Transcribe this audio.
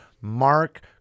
Mark